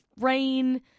rain